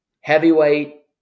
heavyweight